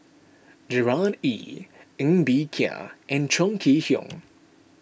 Gerard Ee Ng Bee Kia and Chong Kee Hiong